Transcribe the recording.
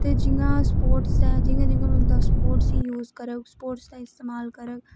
ते जि'यां स्पोर्टें ऐ जि'यां जि'यां बंदा स्पोर्टें गी यूज करै स्पोर्टें दा इस्तेमाल करग